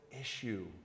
issue